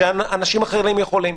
שאנשים אחרים יכולים.